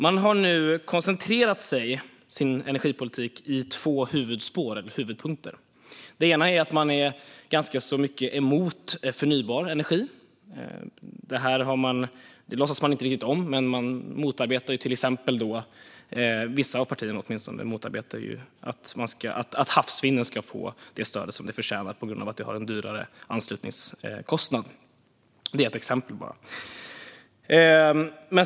Man har nu koncentrerat sin energipolitik i två huvudspår eller huvudpunkter. Det ena är att man är ganska mycket emot förnybar energi. Det låtsas man inte riktigt om, men åtminstone vissa partier motarbetar att havsvinden ska få det stöd den förtjänar för att den har en dyrare anslutningskostnad. Detta är bara ett exempel.